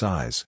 Size